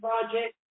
Project